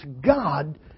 God